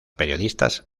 periodistas